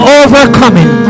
overcoming